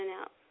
out